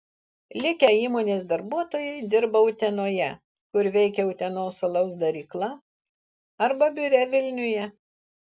likę įmonės darbuotojai dirba utenoje kur veikia utenos alaus darykla arba biure vilniuje